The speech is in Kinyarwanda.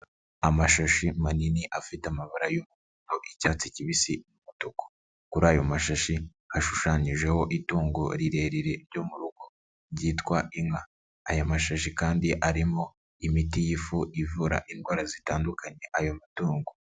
Amashashi manini afite amabara y'umuhondo, icyatsi kibisi, umutuku. Kuri ayo mashashi hashushanyijeho itungo rirerire ryo mu rugo ryitwa inka. Aya mashashi kandi arimo imiti y'ifu ivura indwara zitandukanye ayo matungo.